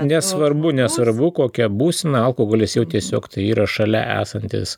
nesvarbu nesvarbu kokia būsena alkoholis jau tiesiog tai yra šalia esantis